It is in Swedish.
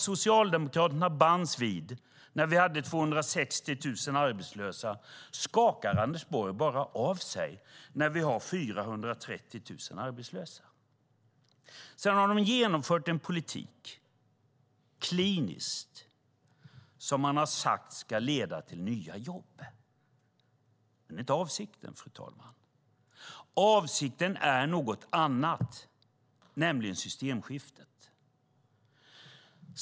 Socialdemokraterna bands vid allt ansvar när vi hade 260 000 arbetslösa, men Anders Borg skakar bara av sig ansvaret när vi har 430 000 arbetslösa. Man har genomfört en politik kliniskt som man har sagt ska leda till nya jobb. Men det är inte avsikten, fru talman. Avsikten är något annat, nämligen systemskiftet.